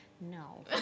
no